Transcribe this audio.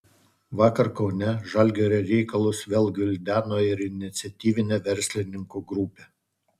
vakar kaune žalgirio reikalus vėl gvildeno ir iniciatyvinė verslininkų grupė